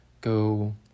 go